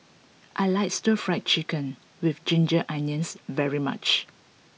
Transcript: I like stir fried chicken with ginger onions very much